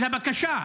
על הבקשה,